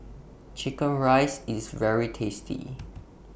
Chicken Rice IS very tasty